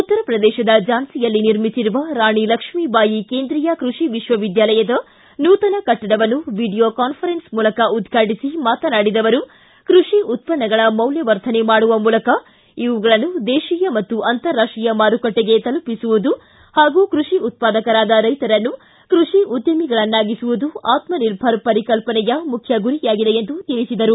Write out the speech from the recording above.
ಉತ್ತರಪ್ರದೇಶದ ಝಾನ್ಸಿಯಲ್ಲಿ ನಿರ್ಮಿಸಿರುವ ರಾಣಿ ಲಕ್ಷ್ಮೀಬಾಯಿ ಕೇಂದ್ರೀಯ ಕೃಷಿ ವಿಶ್ವವಿದ್ದಾಲಯದ ನೂತನ ಕಟ್ಟಡವನ್ನು ವಿಡಿಯೋ ಕಾನ್ಫರೆನ್ಸ್ ಮೂಲಕ ಉದ್ವಾಟಿಸಿ ಮಾತನಾಡಿದ ಅವರು ಕೃಷಿ ಉತ್ಪನ್ನಗಳ ಮೌಲ್ಜವರ್ಧನೆ ಮಾಡುವ ಮೂಲಕ ಇವುಗಳನ್ನು ದೇತೀಯ ಮತ್ತು ಅಂತಾರಾಷ್ಷೀಯ ಮಾರುಕಟ್ಟಿಗೆ ತಲುಪಿಸುವುದು ಹಾಗೂ ಕೃಷಿ ಉತ್ಪಾದಕರಾದ ರೈತರನ್ನು ಕೃಷಿ ಉದ್ಯಮಿಗಳನ್ನಾಗಿಸುವುದು ಆತ್ತನಿರ್ಭರ ಪರಿಕಲ್ಲನೆಯ ಮುಖ್ಯ ಗುರಿ ಎಂದು ತಿಳಿಸಿದರು